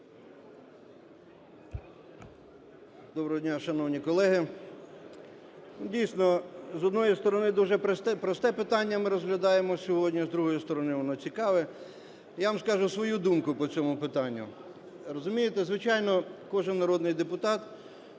Доброго дня, шановні колеги! Дійсно, з одної сторони, дуже просте питання ми розглядаємо сьогодні, а, з другої сторони, воно цікаве. Я вам скажу свою думку по цьому питанню. Розумієте, звичайно, кожен народний депутат,